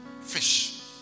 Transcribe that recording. Fish